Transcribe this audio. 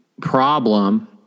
problem